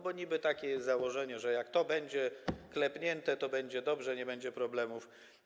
Bo niby takie jest założenie, że jak to będzie klepnięte, to będzie dobrze, nie będzie problemów.